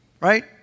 right